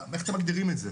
איך אתם מגדירים את זה?